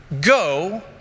go